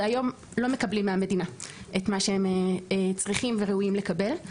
ולא מקבלים היום מהמדינה את מה שהם צריכים וראויים לקבל.